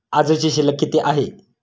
आजची शिल्लक किती आहे?